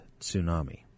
tsunami